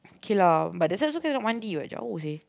okay lah but that also cannot mandi what jauh seh